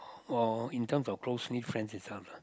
or in terms of close need friends itself lah